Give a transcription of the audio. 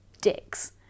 dicks